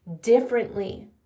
differently